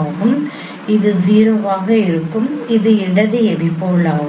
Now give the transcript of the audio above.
ஆகும் இது 0 ஆக இருக்கும் இது இடது எபிபோல் ஆகும்